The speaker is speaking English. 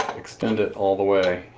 extend it all the way,